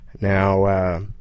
Now